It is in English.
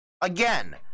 Again